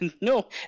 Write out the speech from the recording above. no